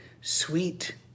sweet